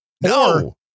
no